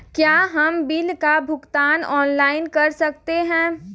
क्या हम बिल का भुगतान ऑनलाइन कर सकते हैं?